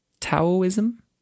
Taoism